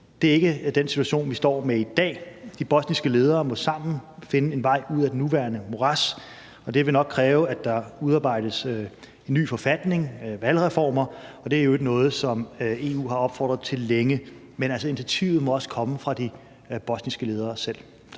Det er ikke den situation, vi står med i dag. De bosniske ledere må sammen finde en vej ud af det nuværende morads, og det vil nok kræve, at der udarbejdes en ny forfatning, valgreformer – og det er i øvrigt noget, som EU har opfordret til længe. Men altså, initiativet må også komme fra de bosniske ledere selv.